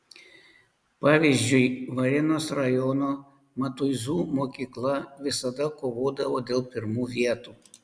pavyzdžiui varėnos rajono matuizų mokykla visada kovodavo dėl pirmų vietų